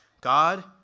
God